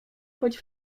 choć